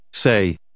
Say